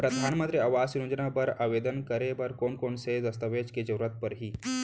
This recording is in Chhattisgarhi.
परधानमंतरी आवास योजना बर आवेदन करे बर कोन कोन से दस्तावेज के जरूरत परही?